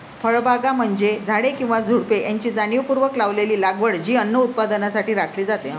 फळबागा म्हणजे झाडे किंवा झुडुपे यांची जाणीवपूर्वक लावलेली लागवड जी अन्न उत्पादनासाठी राखली जाते